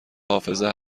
حافظه